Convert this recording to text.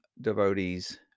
devotees